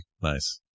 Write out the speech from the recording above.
Nice